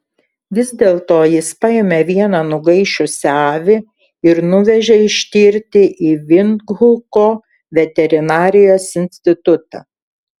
vis dėlto jis paėmė vieną nugaišusią avį ir nuvežė ištirti į vindhuko veterinarijos institutą